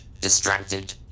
Distracted